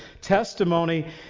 testimony